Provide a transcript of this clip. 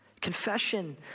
Confession